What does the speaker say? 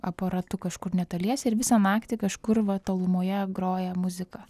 aparatu kažkur netoliese ir visą naktį kažkur va tolumoje groja muzika